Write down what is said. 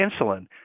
insulin